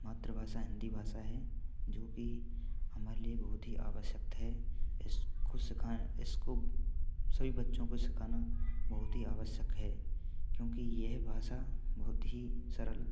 मातृभाषा हिंदी भाषा है जो कि हमारे लिए बहुत ही आवश्यक है इस कुस से सिखाएँ इसको सभी बच्चों को सिखाना बहुत ही आवश्यक है क्योंकि यह भाषा बहुत ही सरल